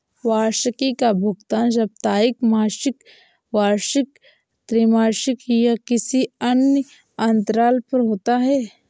वार्षिकी का भुगतान साप्ताहिक, मासिक, वार्षिक, त्रिमासिक या किसी अन्य अंतराल पर होता है